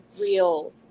real